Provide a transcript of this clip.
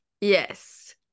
Yes